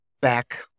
back